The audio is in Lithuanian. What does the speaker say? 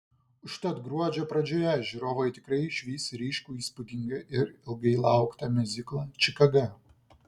užtat gruodžio pradžioje žiūrovai tikrai išvys ryškų įspūdingą ir ilgai lauktą miuziklą čikaga